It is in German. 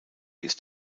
ist